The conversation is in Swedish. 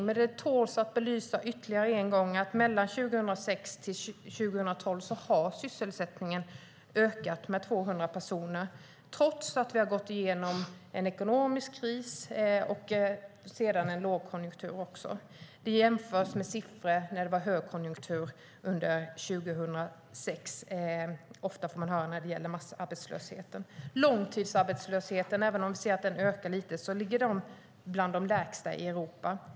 Men det tål att än en gång belysa att mellan 2006 och 2012 ökade sysselsättningen med 200 000 personer, trots att vi gick igenom en ekonomisk kris och sedan en lågkonjunktur. Siffrorna och massarbetslösheten jämförs ofta med högkonjunkturen 2006. Även om långtidsarbetslösheten har ökat något är den fortfarande bland de lägsta i Europa.